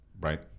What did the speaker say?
Right